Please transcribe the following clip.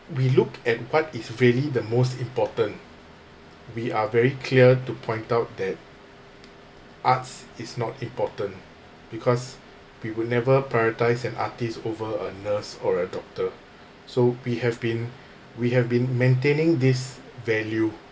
we look at what is really the most important we are very clear to point out that arts is not important because we will never prioritise an artist over a nurse or a doctor so we have been we have been maintaining this value